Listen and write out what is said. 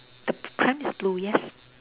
the p~ pram is blue yes